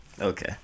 Okay